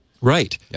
Right